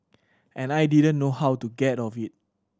and I didn't know how to get off it